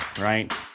right